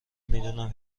میدونم